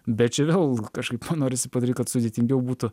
bet čia vėl kažkaip norisi padaryt kad sudėtingiau būtų